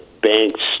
banks